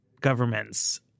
governments